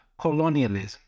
colonialism